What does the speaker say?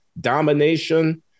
domination